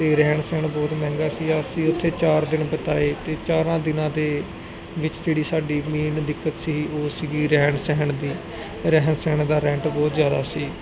ਤੇ ਰਹਿਣ ਸਹਿਣ ਬਹੁਤ ਮਹਿੰਗਾ ਸੀ ਅਸੀਂ ਉਥੇ ਚਾਰ ਦਿਨ ਬਿਤਾਏ ਤੇ ਚਾਰਾਂ ਦਿਨਾਂ ਦੇ ਵਿੱਚ ਜਿਹੜੀ ਸਾਡੀ ਮੇਨ ਦਿੱਕਤ ਸੀ ਉਹ ਸੀਗੀ ਰਹਿਣ ਸਹਿਣ ਦੀ ਰਹਿਣ ਸਹਿਣ ਦਾ ਰੈਂਟ ਬਹੁਤ ਜਿਆਦਾ ਸੀ